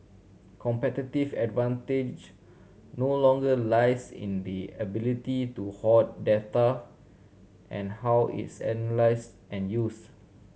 competitive advantage no longer lies in the ability to hoard data and how it's analysed and used